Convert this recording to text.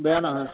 বেয়া নহয়